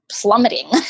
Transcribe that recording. plummeting